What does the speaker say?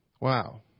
Wow